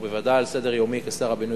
הוא בוודאי על סדר-יומי כשר הבינוי